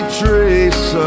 trace